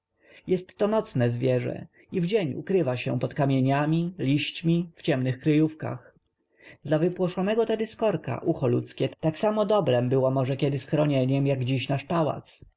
to nocne zwierzę i w dzień ukrywa się pod kamieniami liśćmi w ciemnych kryjówkach dla wypłoszonego tedy skorka ucho ludzkie tak samo dobrem było może kiedy schronieniem jak dziś nasz pałac